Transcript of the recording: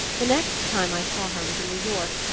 the next time i saw her was in new york,